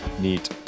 neat